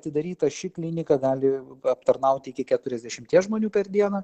atidaryta ši klinika gali aptarnauti iki keturiasdešimties žmonių per dieną